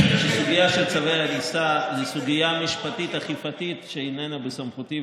הסוגיה של צווי הריסה הוא סוגיה משפטית אכיפתית שאיננה בסמכותי,